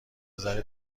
نظر